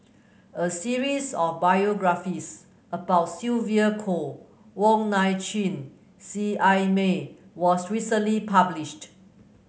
a series of biographies about Sylvia Kho Wong Nai Chin Seet Ai Mee was recently published